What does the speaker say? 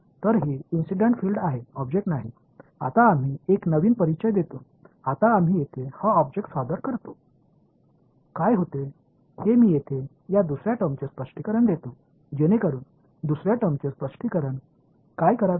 तर ही incident field आहे ऑब्जेक्ट नाही आता आम्ही एक नवीन परिचय देतो आता आम्ही येथे हा ऑब्जेक्ट सादर करतो काय होते हे मी येथे या दुसर्या टर्मचे स्पष्टीकरण देतो जेणेकरुन दुसर्या टर्मचे स्पष्टीकरण काय करावे